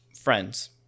friends